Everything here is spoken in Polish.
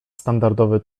standardowy